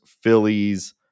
Phillies